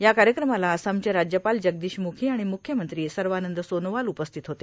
या कार्यक्रमाला आसामचे राज्यपाल जगदीश मुखी आणि मुख्यमंत्री सर्वानंद सोनोवाल उपस्थित होते